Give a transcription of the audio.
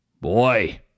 Boy